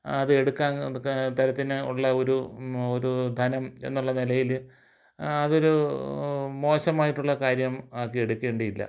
അതെടുക്കാൻ തരത്തിന് ഉള്ള ഒരു ഒരു ധനം എന്നുള്ള നിലയിൽ അതൊരു മോശമായിട്ടുള്ള കാര്യം ആക്കി എടുക്കേണ്ടതില്ല